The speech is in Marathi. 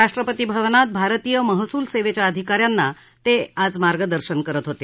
राष्ट्रपती भवनात भारतीय महसूल सेवेच्या अधिका यांना ते आज मार्गदर्शन करत होते